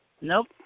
Nope